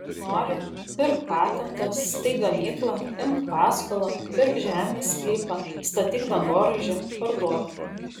nori pirk patentą steik gamyklą imk paskolą pirk žemės sklypą statyk dangoraižį parduok